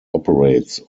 operates